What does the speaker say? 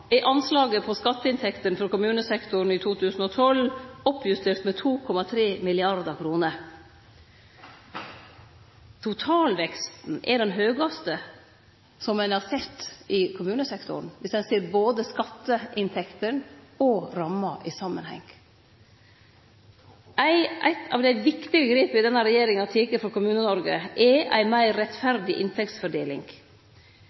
er anslaget på skatteinntektene for kommunesektoren i 2012 oppjustert med 2,3 mrd. kr. Totalveksten er den høgaste som ein har sett i kommunesektoren, om ein ser både skatteinntektene og ramma i samanheng. Eit av dei viktige grepa denne regjeringa har teke for Kommune-Noreg, er ei meir